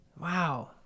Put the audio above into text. Wow